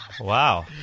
Wow